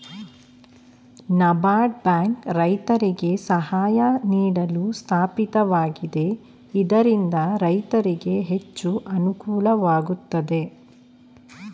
NABARD bank ರೈತರಿಗೆ ಸಹಾಯ ನೀಡಲು ಸ್ಥಾಪಿತವಾಗಿದೆ ಇದರಿಂದ ರೈತರಿಗೆ ಹೆಚ್ಚು ಅನುಕೂಲವಾಗುತ್ತದೆ